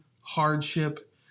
hardship